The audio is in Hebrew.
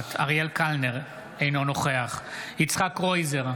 נוכחת אריאל קלנר, אינו נוכח יצחק קרויזר,